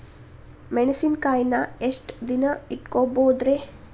ಮೆಣಸಿನಕಾಯಿನಾ ಎಷ್ಟ ದಿನ ಇಟ್ಕೋಬೊದ್ರೇ?